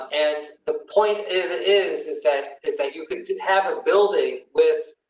and the point is, is is that is that you could have a building with.